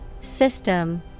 System